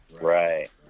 Right